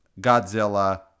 Godzilla